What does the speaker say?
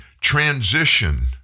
transition